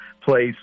place